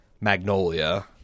Magnolia